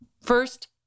first